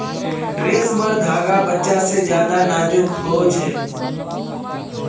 रेसमर धागा बच्चा से ज्यादा नाजुक हो छे